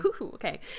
okay